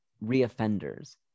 re-offenders